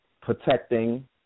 protecting